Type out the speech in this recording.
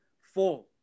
four